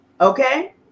okay